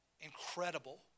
incredible